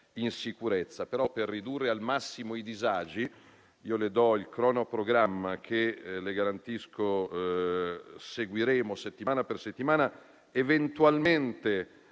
in sicurezza. Per ridurre al massimo i disagi, io le do il cronoprogramma, che le garantisco seguiremo settimana per settimana, eventualmente